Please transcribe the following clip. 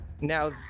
now